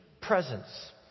presence